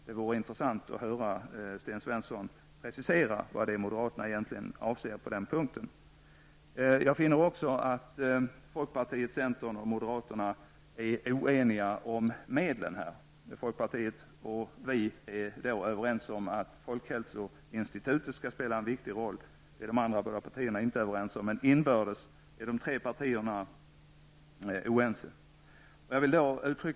Det vore intressant att höra Sten Svensson precisera vad moderaterna egentligen avser på den punkten. Jag finner också att folkpartiet, centern och moderaterna är oeniga om medlen. Folkpartiet och vi är överens om att folkhälsoinstitutet skall spela en viktig roll. Det är de andra båda partierna inte överens med oss om. De tre partierna är inbördes oense.